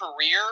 career